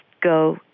go